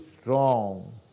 strong